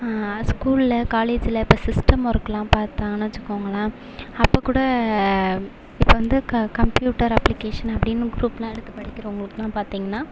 ஸ்கூலில் காலேஜில் இப்போ சிஸ்டம் ஒர்க்குலாம் பார்த்தாங்க வச்சிக்கோங்களேன் அப்போ கூட இப்போ வந்து க கம்ப்யூட்டர் அப்ளிகேஷன் அப்படின்னு குரூப்புலாம் எடுத்து படிக்கிறவங்களுக்குலாம் பார்த்திங்கன்னா